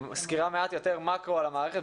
סקירה יותר מקרו על המערכת.